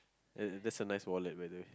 uh that's a nice wallet by the way